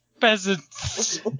peasants